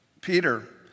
Peter